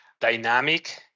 dynamic